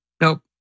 nope